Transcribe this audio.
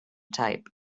type